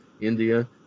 India